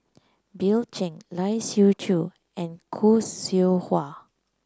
Bill Chen Lai Siu Chiu and Khoo Seow Hwa